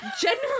General